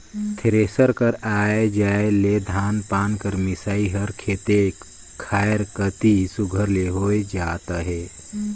thresher कर आए जाए ले धान पान कर मिसई हर खेते खाएर कती सुग्घर ले होए जात अहे